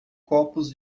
copos